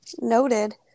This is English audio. Noted